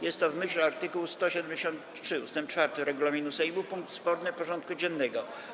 Jest to, w myśl art. 173 ust. 4 regulaminu Sejmu, punkt sporny porządku dziennego.